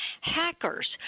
hackers